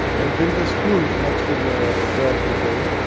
and build a school next to the dock ok?